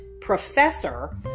professor